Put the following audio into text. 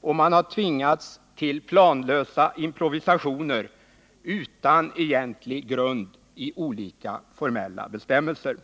Och man har tvingats till planlösa improvisationer utan egentlig grund i olika formella bestämmelser.